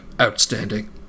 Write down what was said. Outstanding